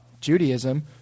Judaism